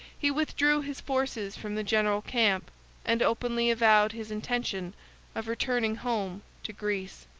he withdrew his forces from the general camp and openly avowed his intention of returning home to greece.